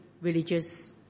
religious